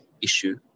issue